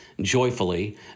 joyfully